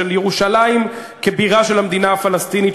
של ירושלים כבירה של המדינה הפלסטינית,